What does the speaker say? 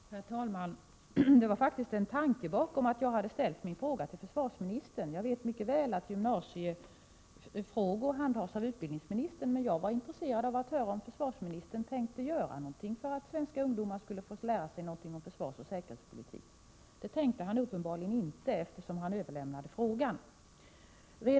Herr talman! Det var faktiskt en tanke bakom att jag ställde min fråga till försvarsministern. Jag vet mycket väl att gymnasiefrågor handhas av utbildningsministern, men jag var intresserad av att höra om försvarsministern tänkte vidta några åtgärder för att svenska ungdomar skulle få lära sig någonting om försvarsoch säkerhetspolitiken. Det tänkte han uppenbarligen inte, eftersom han överlämnade frågan till utbildningsministern.